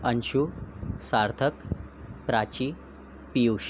Anshu Sarthak Prachi Piyush